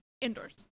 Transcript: Indoors